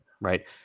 right